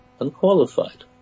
unqualified